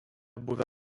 buvę